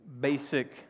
basic